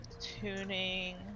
tuning